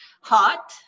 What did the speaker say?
Hot